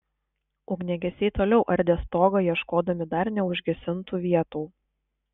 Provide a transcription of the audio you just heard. ugniagesiai toliau ardė stogą ieškodami dar neužgesintų vietų